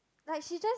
like she just